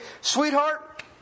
Sweetheart